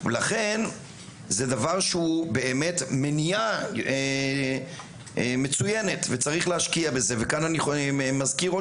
לכן זה דבר שהוא באמת מניעה מצוינת וצריך להשקיע בזה וכאן אני מזכיר עוד